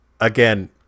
again